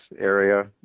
area